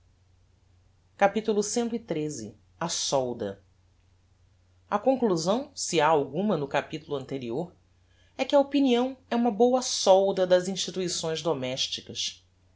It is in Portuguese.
sangue capitulo cxiii a solda a conclusão se ha alguma no capitulo anterior é que a opinião é uma bôa solda das instituições domesticas